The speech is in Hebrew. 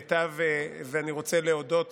אני רוצה להודות